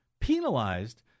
penalized